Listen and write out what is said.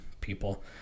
people